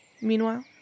meanwhile